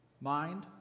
mind